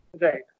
Right